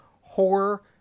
horror